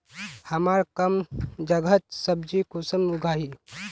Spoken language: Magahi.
हमार कम जगहत सब्जी कुंसम उगाही?